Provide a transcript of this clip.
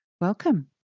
welcome